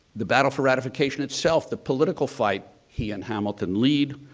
the battle for ratification itself, the political fight he and hamilton lead.